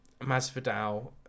Masvidal